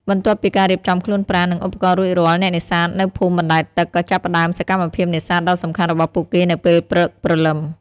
បន្ទាប់ពីការរៀបចំខ្លួនប្រាណ និងឧបករណ៍រួចរាល់ អ្នកនេសាទនៅភូមិបណ្តែតទឹកក៏ចាប់ផ្តើមសកម្មភាពនេសាទដ៏សំខាន់របស់ពួកគេនៅពេលព្រឹកព្រលឹម។